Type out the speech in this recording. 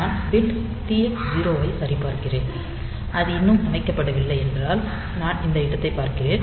நான் bit TF 0 ஐ சரிபார்க்கிறேன் அது இன்னும் அமைக்கப்படவில்லை என்றால் நான் இந்த இடத்தைப் பார்க்கிறேன்